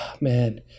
Man